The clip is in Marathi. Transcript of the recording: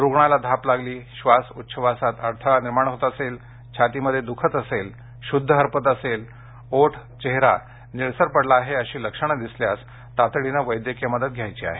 रुग्णाला धाप लागली श्वास उच्छवासात अडथळा निर्माण होत असेल छातीमध्ये सतत द्खत असेल शुद्ध हरपत असेल ओठ चेहरा निळसर पडला आहे अशी लक्षणे दिसल्यास तातडीने वैद्यकीय मदत घ्यायची आहे